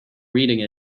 reading